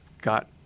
got